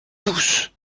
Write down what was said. douce